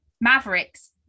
Mavericks